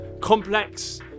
complex